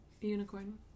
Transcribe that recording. Unicorn